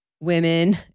women